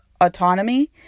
autonomy